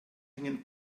hängen